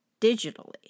digitally